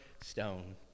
stone